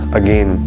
again